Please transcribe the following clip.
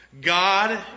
God